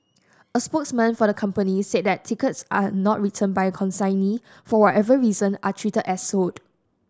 a spokesman for the company said that tickets not returned by a consignee for whatever reason are treated as sold